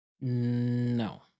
No